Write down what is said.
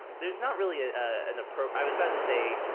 there's not really ah an approp, i was about to say,